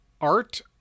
Art